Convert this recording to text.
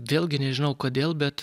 vėlgi nežinau kodėl bet